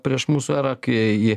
prieš mūsų erą kai ji